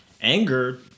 anger